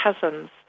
cousins